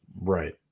right